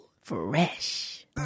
Fresh